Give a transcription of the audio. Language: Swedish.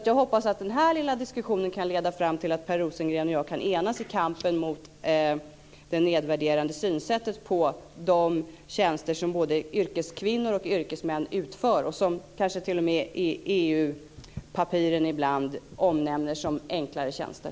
Jag hoppas att den här lilla diskussionen kan leda fram till att Per Rosengren och jag kan enas i kampen mot det nedvärderande synsättet på de tjänster som både yrkeskvinnor och yrkesmän utför och som kanske t.o.m. i EU-papperen ibland omnämns som enklare tjänster.